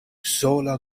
sola